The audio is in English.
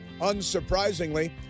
unsurprisingly